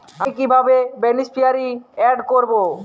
আমি কিভাবে beneficiary add করব?